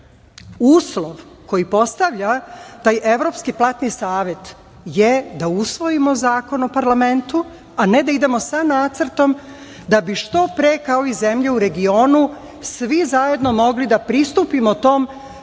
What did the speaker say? Uslov koji postavlja taj evropski platni savet je da usvojimo zakon u parlamentu, a ne da idemo sa nacrtom da bi što pre, kao i zemlje u regionu, svi zajednomogli da pristupimo tom